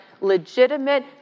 legitimate